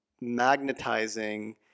magnetizing